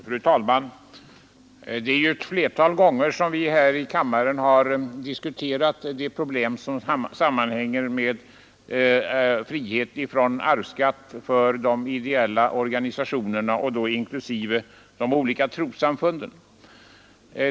Fru talman! Det är ju ett flertal gånger som vi här i kammaren har diskuterat de problem som sammanhänger med frihet från arvsskatt för de ideella organisationerna, inklusive de olika trossamfunden.